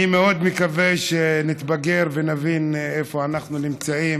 אני מאוד מקווה שנתבגר ונבין איפה אנחנו נמצאים,